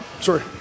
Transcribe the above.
sorry